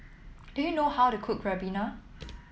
do you know how to cook Ribena